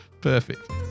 Perfect